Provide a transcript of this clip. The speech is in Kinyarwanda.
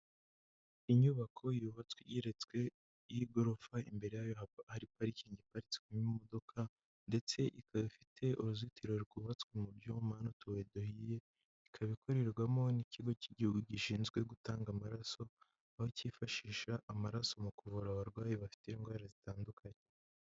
Inyubako yubatswe igeretswe, y'igorofa, imbere yayo hari parikingi iparitswemo imodoka ndetse ikaba ifite uruzitiro rwubatswe mu buryo bumanuweho utubuye duhiye, ikaba ikorerwamo n'ikigo cy'igihugu gishinzwe gutanga amaraso, aho cyifashisha amaraso mu kuvura abarwayi bafite indwara zitandukanye.